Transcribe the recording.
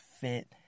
fit